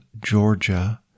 Georgia